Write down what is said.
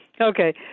Okay